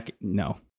No